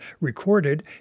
recorded